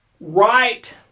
right